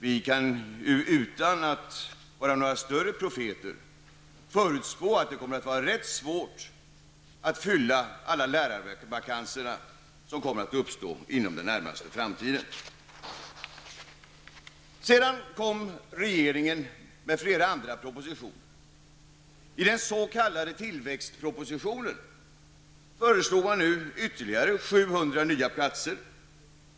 Vi kan utan att vara några större profeter förutspå att det kommer att vara rätt svårt att fylla alla lärarvakanser som kommer att uppstå i den närmaste framtiden. Sedan lade regeringen fram flera andra propositioner. I den s.k. tillväxtpropositionen föreslog regeringen ytterligare 700 nya platser.